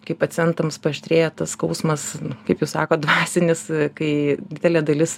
kai pacientams paaštrėja tas skausmas kaip jūs sakot dvasinis kai didelė dalis